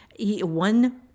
one